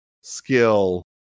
skill